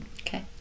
Okay